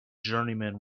journeyman